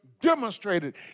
demonstrated